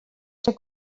ser